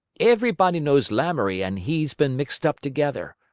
everybody knows lamoury and he's been mixed up together.